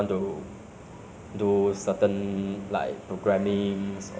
to whatever like software you know and it can last longer lah basically